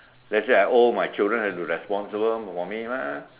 let's say I old my children have to responsible for me mah